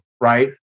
right